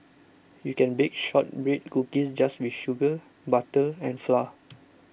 you can bake Shortbread Cookies just with sugar butter and flour